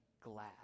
glad